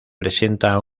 presenta